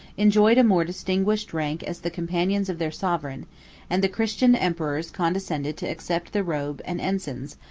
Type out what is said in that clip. enjoyed a more distinguished rank as the companions of their sovereign and the christian emperors condescended to accept the robe and ensigns,